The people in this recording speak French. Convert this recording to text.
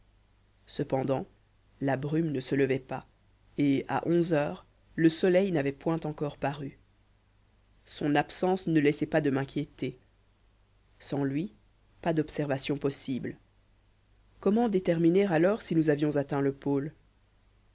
cependant la brume ne se levait pas et à onze heures le soleil n'avait point encore paru son absence ne laissait pas de m'inquiéter sans lui pas d'observations possibles comment déterminer alors si nous avions atteint le pôle